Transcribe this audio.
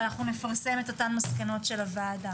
אנחנו נפרסם את אותן מסקנות של הוועדה.